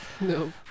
No